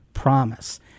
Promise